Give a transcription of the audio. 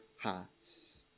hearts